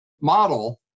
model